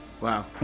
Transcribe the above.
Wow